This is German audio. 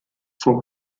vor